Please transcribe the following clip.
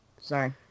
Sorry